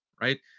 right